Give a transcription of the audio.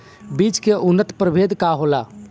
बीज के उन्नत प्रभेद का होला?